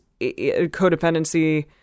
codependency